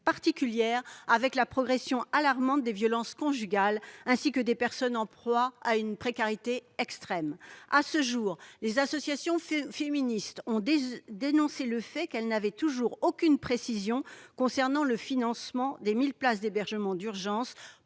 particulière avec la progression alarmante des violences conjugales ainsi que du nombre de personnes en proie à une précarité extrême. Les associations féministes ont dénoncé le fait qu'elles n'avaient toujours aucune précision concernant le financement des 1 000 places d'hébergement d'urgence